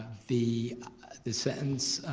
the sentence,